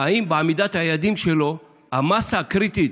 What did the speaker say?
אם בעמידה ביעדים שלו המאסה הקריטית